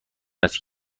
است